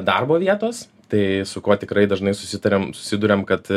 darbo vietos tai su kuo tikrai dažnai susitariam susiduriam kad